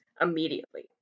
immediately